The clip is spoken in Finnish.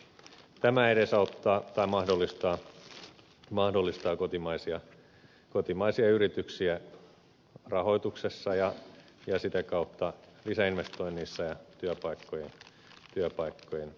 tämä edesauttaa tai mahdollistaa mahdollistaa kotimaisia kotimaisia kotimaisten yritysten rahoitusta ja sitä kautta auttaa niitä lisäinvestoinneissa ja työpaikkojen kertymisessä